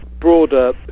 broader